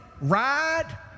Ride